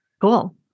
Cool